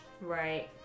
Right